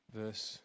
verse